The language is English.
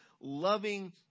loving